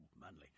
manly